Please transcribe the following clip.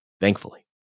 thankfully